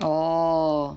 oh